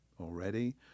already